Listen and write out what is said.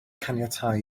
caniatáu